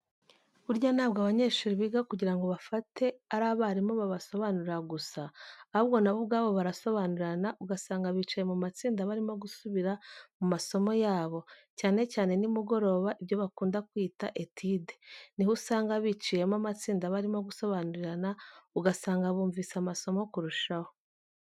Burya ntabwo abanyeshuri kugira ngo bafate ari abarimu babasobanurira gusa, ahubwo na bo ubwabo barasobanurirana ugasanga bicaye mu matsinda barimo gusubira mu masomo yabo, cyane cyane nimugoroba ibyo bakunda kwita etide ni ho usanga biciyemo amatsinda barimo gusobanurirana, ugasanga bumvise amasomo kurushaho.